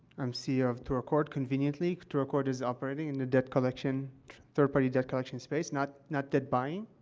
i'm ceo of trueaccord conveniently. trueaccord is operating in the debt collection third-party debt collection space, not not debt buying,